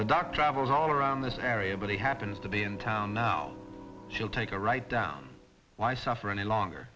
the doc travels all around this area but he happens to be in town now she'll take a write down why suffer any longer